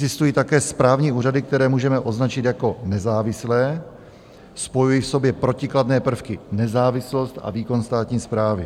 Existují také správní úřady, které můžeme označit jako nezávislé spojují v sobě protikladné prvky, nezávislost a výkon státní správy.